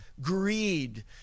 greed